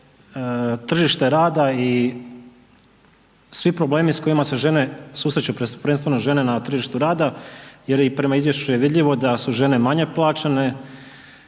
tržište rada i svi problemi s kojima se žene susreću, prvenstveno žene na tržištu rada jer je i prema izvješću vidljivo da su žene manje plaćene,